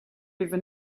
even